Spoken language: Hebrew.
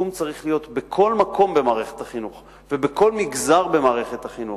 הסיכום צריך להיות שבכל מקום במערכת החינוך ובכל מגזר במערכת החינוך,